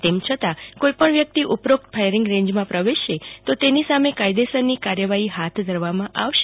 તેમ છતાં કોઇપણ વ્યકિત ઉપરોકત ફાયરીંગ રેંજમાં પ્રવેશશે તો તેની સામે કાયદેસરની કાર્યવાહી હાથ ધરવામાં આવશે